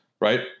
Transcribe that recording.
right